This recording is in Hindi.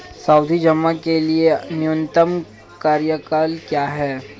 सावधि जमा के लिए न्यूनतम कार्यकाल क्या है?